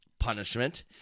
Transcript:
punishment